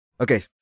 Okay